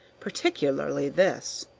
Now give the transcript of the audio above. particularly this.